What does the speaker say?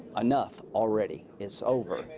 enough already. it's over.